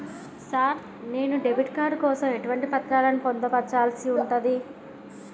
Sir నేను debit card కోసం ఎటువంటి పత్రాలను పొందుపర్చాల్సి ఉంటది?